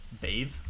Bathe